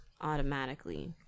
automatically